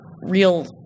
real